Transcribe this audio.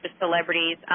celebrities